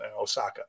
osaka